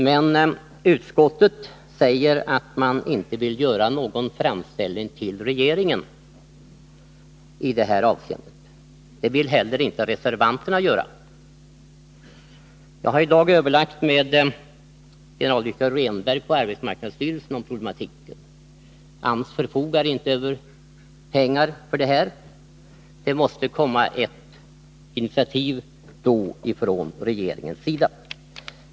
Men utskottet säger att man inte vill göra någon framställning till regeringen i detta avseende, och det vill inte heller reservanterna göra. Jag har i dag överlagt med generaldirektör Rehnberg på arbetsmarknadsstyrelsen om denna problematik. AMS förfogar inte över pengar för detta ändamål. Det måste därför komma ett initiativ från regeringens sida.